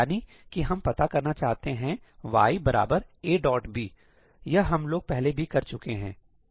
यानी कि हम पता करना चाहते हैं y ABयह हम लोग पहले भी कर चुके हैं